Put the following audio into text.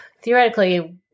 theoretically